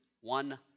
one